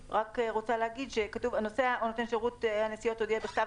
כתוב "הנוסע או נותן שירות הנסיעות הודיע בכתב